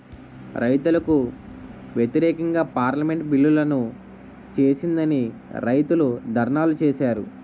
రైతులకు వ్యతిరేకంగా పార్లమెంటు బిల్లులను చేసిందని రైతులు ధర్నాలు చేశారు